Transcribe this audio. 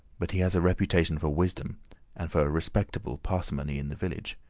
but he has a reputation for wisdom and for a respectable parsimony in the village,